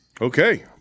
Okay